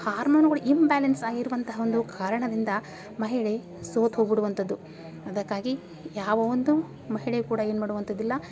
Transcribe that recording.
ಹಾರ್ಮೋನುಗಳು ಇಮ್ಬ್ಯಾಲೆನ್ಸ್ ಆಗಿರುವಂಥ ಒಂದು ಕಾರಣದಿಂದ ಮಹಿಳೆ ಸೋತೋಗಿ ಬಿಡುವಂಥದ್ದು ಅದಕ್ಕಾಗಿ ಯಾವ ಒಂದು ಮಹಿಳೆಯೂ ಕೂಡ ಏನು ಮಾಡುವಂಥದ್ದಿಲ್ಲ